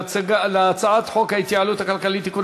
לקריאה שנייה ולקריאה שלישית: הצעת חוק ההתייעלות הכלכלית (תיקוני